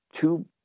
two